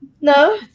No